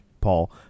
Paul